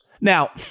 Now